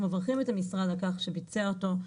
אנחנו מברכים את המשרד על כך שהוא ביצע אותו.